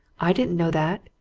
i didn't know that,